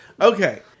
Okay